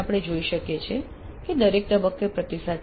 આપણે જોઈ શકીએ છીએ કે દરેક તબક્કે પ્રતિસાદ છે